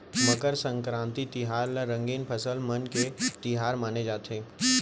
मकर संकरांति तिहार ल रंगीन फसल मन के तिहार माने जाथे